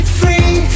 free